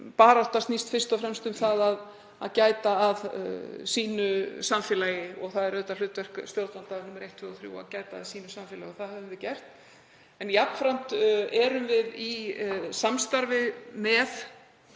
baráttan snýst fyrst og fremst um að gæta að sínu samfélagi. Það er hlutverk stjórnvalda númer eitt, tvö og þrjú að gæta að sínu samfélagi og það höfum við gert. En jafnframt erum við í samstarfi með